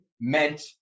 meant